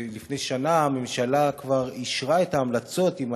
ולפני שנה הממשלה כבר אישרה את ההמלצות שוב,